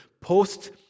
post